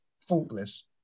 faultless